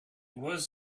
was